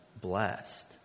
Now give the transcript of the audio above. blessed